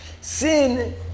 Sin